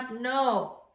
No